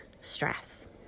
stress